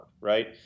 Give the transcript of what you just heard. right